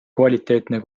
kvaliteetne